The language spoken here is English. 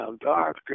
Dark